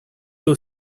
two